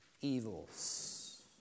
evils